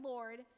Lord